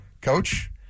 Coach